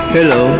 Hello